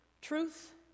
Truth